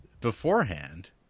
beforehand